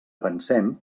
pensem